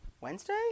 Wednesday